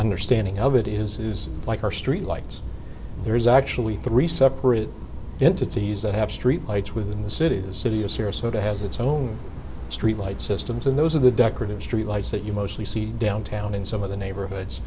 understanding of it is like our street lights there is actually three separate entities that have street lights within the city as city is here so to has its own street light systems and those are the decorative streetlights that you mostly see downtown in some of the neighborhoods